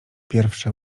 pierwsze